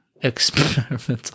Experimental